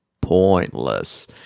pointless